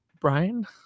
Brian